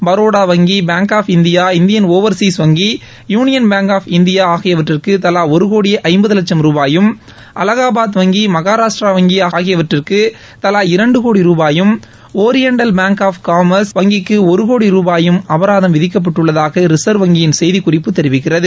பரோடா வங்கி bank of India Indian overseas வங்கி union bank of India ஆகியவற்றிற்கு தலா ஒரு கோடியே ஐப்பது வட்சும் ரூபாயும் அலகாபாத் வங்கி மகாராஷ்ட்ரா வங்கி ஆகியவற்றிற்கு தவா இரண்டு கோடி ரூபாயும் ஒரியண்டல் பாங்க் ஆஃப் காமர்ஸ் வங்கிக்கு ஒரு கோடி ரூபாயும் அபராதம் விதிக்கப்பட்டுள்ளதாக ரிசர்வ் வங்கியின் செய்திக்குறிப்பு தெரிவிக்கிறது